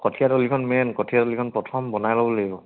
কঠীয়াতলিখন main কঠীয়াতলিখন প্ৰথম বনাই ল'ব লাগিব